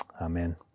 amen